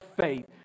faith